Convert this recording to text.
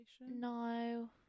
No